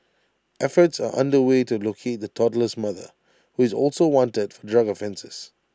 efforts are under way to locate the toddler's mother who is also wanted for drug offences